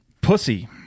Pussy